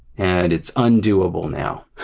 and it's undoable now.